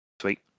Sweet